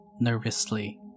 nervously